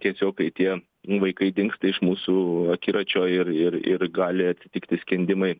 tiesiog kai tie vaikai dingsta iš mūsų akiračio ir ir gali atsitikti skendimai